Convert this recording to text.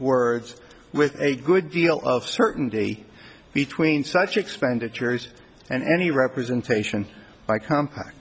words with a good deal of certainty between such expenditures and any representation by compa